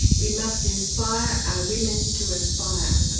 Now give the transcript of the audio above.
we must inspire our women to aspire.